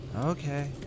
Okay